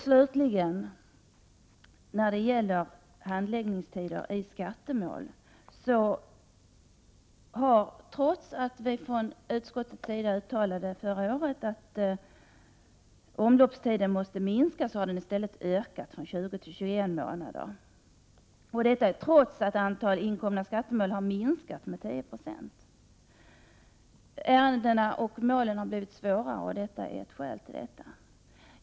Slutligen när det gäller handläggningstider kan jag nämna att omloppstiden i skattemål har ökat från 20 till 21 månader, trots att vi från utskottets sida förra året uttalade att omloppstiden måste minska. Denna ökning har skett trots att antalet inkomna skattemål har minskat med 10 96. Ärendena har blivit svårare, och det är ett skäl till denna utveckling.